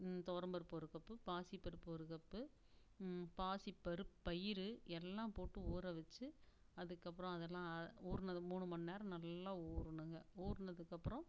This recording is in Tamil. துவரம்பருப்பு ஒரு கப்பு பாசிப்பருப்பு ஒரு கப்பு பாசி பருப்பு பயிறு எல்லாம் போட்டு ஊறவச்சு அதுக்கப்புறம் அதெல்லாம் அ ஊறினது மூணு மணி நேரம் நல்லா ஊறணுங்க ஊறினதுக்கு அப்புறம்